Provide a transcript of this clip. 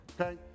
okay